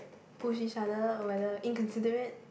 push each other whether inconsiderate